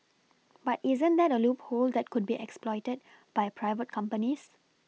but isn't that a loophole that could be exploited by private companies